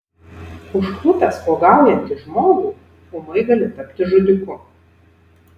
užklupęs uogaujantį žmogų ūmai gali tapti žudiku